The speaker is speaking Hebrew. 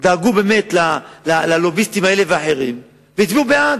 דאגו באמת ללוביסטים האלה ואחרים והצביעו בעד,